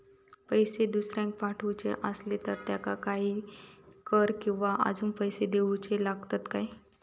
पैशे दुसऱ्याक पाठवूचे आसले तर त्याका काही कर किवा अजून पैशे देऊचे लागतत काय?